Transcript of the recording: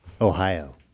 Ohio